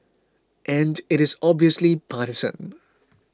and it is obviously partisan